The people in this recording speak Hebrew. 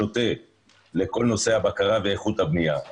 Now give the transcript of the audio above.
לכל נושא הבקרה ואיכות הבנייה כ"מעגל שוטה".